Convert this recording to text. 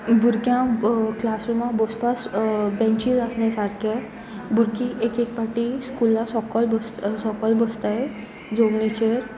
भुरग्यां क्लासरुमा बसपास बँचीज आसन सारकें भुरगीं एक एक पाटी स्कुला सकल बस सकोल बसताय जमनीचेर